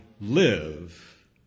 live